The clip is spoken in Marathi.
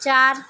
चार